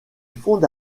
fonde